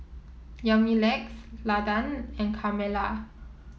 Yamilex Landan and Carmella